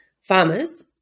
farmers